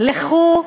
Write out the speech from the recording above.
לכו,